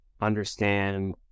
understand